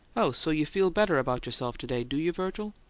oh, so you feel better about yourself to-day, do you, virgil?